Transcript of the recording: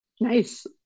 Nice